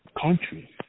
country